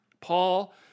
Paul